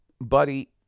buddy